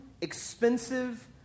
expensive